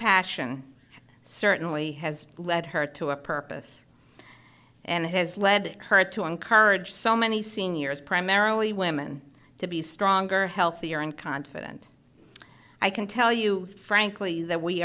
passion certainly has led her to a purpose and has led her to encourage so many seniors primarily women to be stronger healthier and confident i can tell you frankly